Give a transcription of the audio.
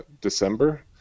December